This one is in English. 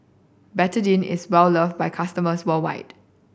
Betadine is well loved by customers worldwide